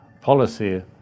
policy